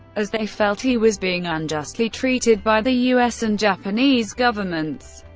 as they felt he was being unjustly treated by the u s. and japanese governments,